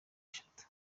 eshatu